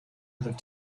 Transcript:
have